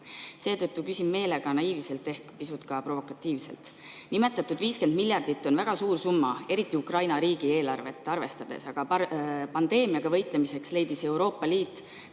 Seetõttu küsin meelega naiivselt, ehk pisut ka provokatiivselt. Nimetatud 50 miljardit on väga suur summa, eriti Ukraina riigieelarvet arvestades, aga pandeemiaga võitlemiseks leidis Euroopa Liit